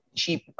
cheap